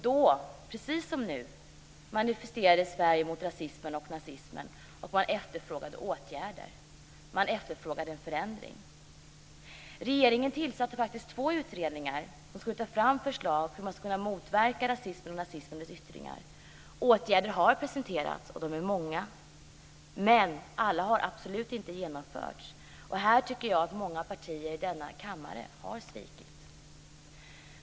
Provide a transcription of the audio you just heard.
Då, precis som nu, manifesterade Sverige mot rasismen och nazismen, och man efterfrågade åtgärder och efterfrågade en förändring. Regeringen tillsatte två utredningar som skulle ta fram förslag om att motverka rasism och nazism och dess yttringar. Åtgärder har presenterats, och de är många. Men alla har absolut inte genomförts. Här tycker jag att många partier i denna kammare har svikit.